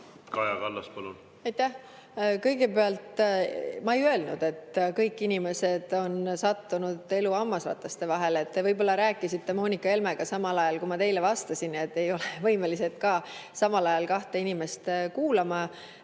Kaja Kallas, palun!